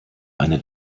eine